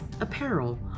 apparel